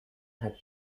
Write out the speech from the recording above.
had